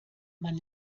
man